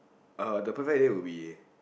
uh the perfect date would be